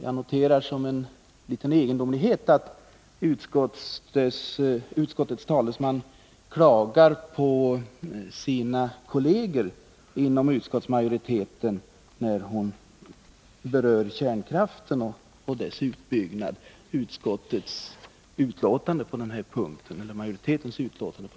Jag noterar som en liten egendomlighet att utskottets talesman klagar på sina kolleger inom utskottsmajoriteten när hon talar om kärnkraften och dess utbyggnad. Utskottsmajoritetens utlåtande på den här punkten är ju entydigt.